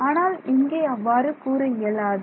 ஆனால் இங்கே அவ்வாறு கூற இயலாது